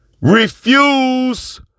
Refuse